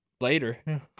later